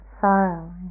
sorrow